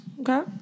Okay